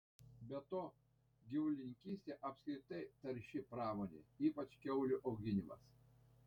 be to gyvulininkystė apskritai tarši pramonė ypač kiaulių auginimas